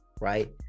right